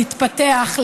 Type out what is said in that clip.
להתפתח,